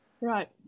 Right